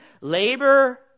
Labor